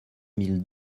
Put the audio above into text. mille